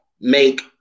make